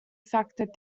factor